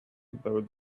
about